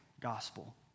gospel